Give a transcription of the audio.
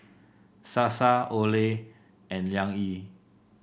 Sasa Olay and Liang Yi